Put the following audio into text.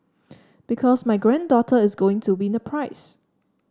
because my granddaughter is going to win a prize